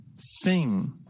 Sing